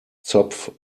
zopf